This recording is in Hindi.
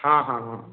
हाँ हाँ हाँ